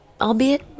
albeit